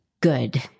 good